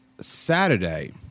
Saturday